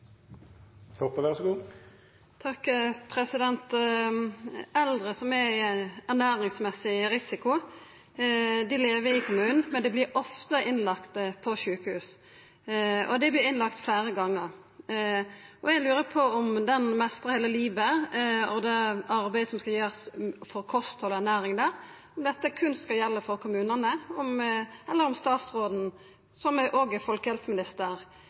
i ein ernæringsmessig risiko, lever i kommunen, men vert ofte lagde inn på sjukehus, og dei blir lagde inn fleire gonger. Eg lurer på om Leve hele livet, og det arbeidet som skal gjerast for kosthald og ernæring der, berre skal gjelda for kommunane, eller om statsråden, som òg er folkehelseminister, vil gjera noko aktivt no for ernærings- og kosthaldsfeltet blant pasientar som er